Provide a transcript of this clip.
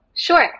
Sure